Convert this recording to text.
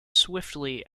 swiftly